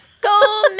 Go